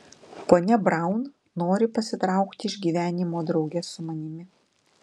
ponia braun nori pasitraukti iš gyvenimo drauge su manimi